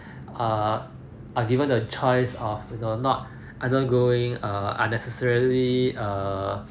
err are given the choice of you know not undergoing err unnecessarily err